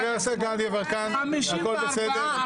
חברת הכנסת גדי יברקן, הכול בסדר.